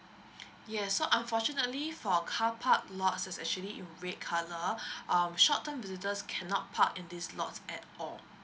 yes so unfortunately for car park lots is actually in red colour um short term visitors cannot park in this lots at all